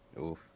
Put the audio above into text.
Oof